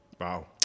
Wow